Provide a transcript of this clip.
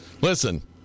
Listen